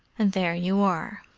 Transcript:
and there you are,